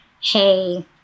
hey